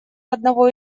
одного